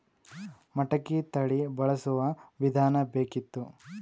ಮಟಕಿ ತಳಿ ಬಳಸುವ ವಿಧಾನ ಬೇಕಿತ್ತು?